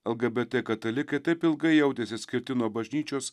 lgbt katalikai taip ilgai jautėsi atskirti nuo bažnyčios